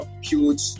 huge